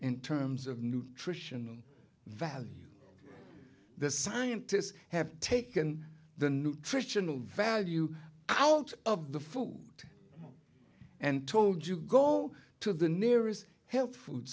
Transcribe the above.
in terms of nutritional value the scientists have taken the nutritional value out of the food and told you go to the nearest health